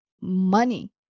money